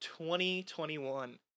2021